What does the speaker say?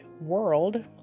world